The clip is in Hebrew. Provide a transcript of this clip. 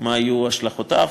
מה יהיו השלכותיו,